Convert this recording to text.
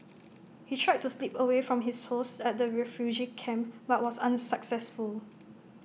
he tried to slip away from his hosts at the refugee camp but was unsuccessful